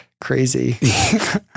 crazy